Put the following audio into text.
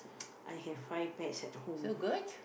I have five pets at home